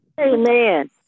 Amen